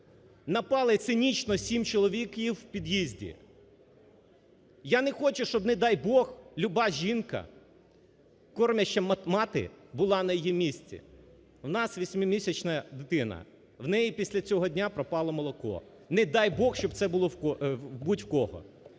напали цинічно, сім чоловік в під'їзді. Я не хочу, щоб, не дай Бог люба жінка, кормяща мати була на її місці. У нас восьмимісячна дитина, у неї після цього дня пропало молоко. Не дай Бог, щоб це було в будь-кого.